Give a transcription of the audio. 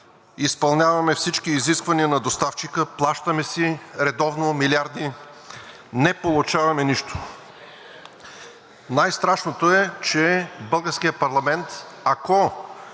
изпълняваме всички изисквания на доставчика, плащаме си редовно милиарди – не получаваме нищо. Най-страшното е, че българският парламент, ако